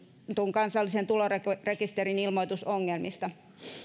kansallisen tulorekisterin ilmoitusongelmista